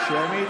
מולי.